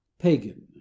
Pagan